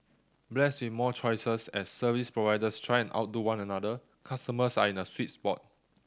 blessed with more choices as service providers try outdo one another customers are in a sweet spot